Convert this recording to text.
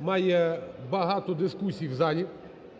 має багато дискусій в залі